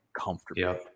comfortable